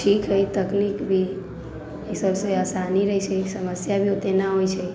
ठीक हइ तकनीक भी ई सबसँ आसानी रहै छै समस्या भी ओतेक नहि आबै छै